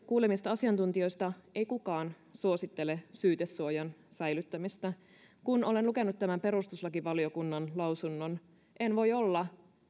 kuulemista asiantuntijoista ei kukaan suosittele syytesuojan säilyttämistä kun olen lukenut tämän perustuslakivaliokunnan mietinnön en voi olla